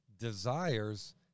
desires